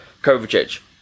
Kovacic